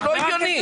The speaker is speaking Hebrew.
זה לא הגיוני.